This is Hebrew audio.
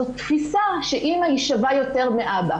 זאת תפיסה שאימא היא שווה יותר מאבא.